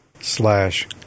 slash